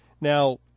Now